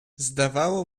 zdawało